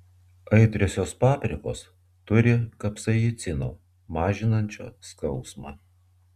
aitriosios paprikos turi kapsaicino mažinančio skausmą